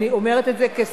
אני אומרת את זה כשרה,